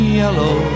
yellow